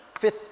fifth